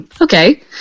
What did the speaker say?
okay